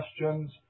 questions